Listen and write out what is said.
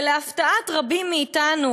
ולהפתעת רבים מאתנו,